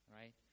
right